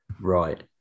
Right